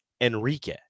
Enrique